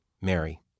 Mary